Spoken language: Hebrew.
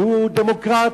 שהוא דמוקרט,